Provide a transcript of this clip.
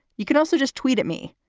you can also just tweet at me.